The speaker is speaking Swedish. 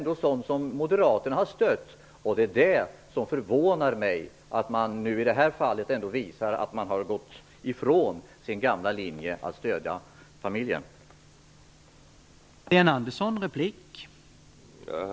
Detta har moderaterna stött, och det förvånar mig att man i det här fallet har gått ifrån sin gamla linje att stödja familjen.